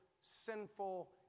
sinful